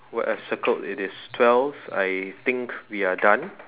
what I have circled it is twelve I think we are done